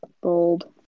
bold